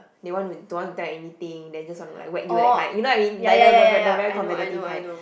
they want to don't want to tell anything then just want to like whack you that kind you know what I mean like the the the very competitive kind